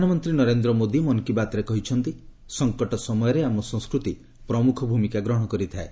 ପ୍ରଧାନମନ୍ତ୍ରୀ ନରେନ୍ଦ୍ର ମୋଦି ମନ୍ କୀ ବାତ୍ରେ କହିଛନ୍ତି ସଙ୍କଟ ସମୟରେ ଆମ ସଂସ୍କୃତି ପ୍ରମୁଖ ଭୂମିକା ଗ୍ରହଣ କରିଥାଏ